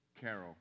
Carol